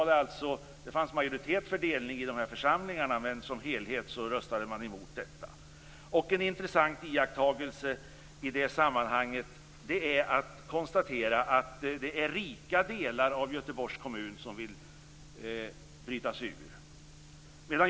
Det fanns majoritet för en delning i de här församlingarna, men som helhet röstade man emot detta. En intressant iakttagelse i det sammanhanget är att det är rika delar av Göteborgs kommun som vill bryta sig ur.